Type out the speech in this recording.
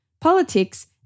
Politics